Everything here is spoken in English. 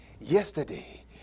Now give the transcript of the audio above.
yesterday